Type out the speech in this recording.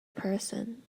person